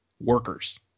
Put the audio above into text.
workers